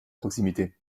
proximité